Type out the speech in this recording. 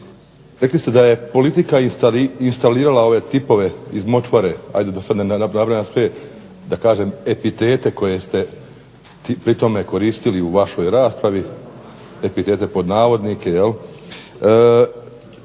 rekli ste da je politika instalirala ove tipove iz močvare, da ne nabrajam sve epitete koje ste pri tome koristili u vašoj raspravi, "epitete", da je